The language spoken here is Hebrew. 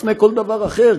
לפני כל דבר אחר,